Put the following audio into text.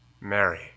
Mary